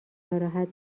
ناراحت